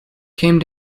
came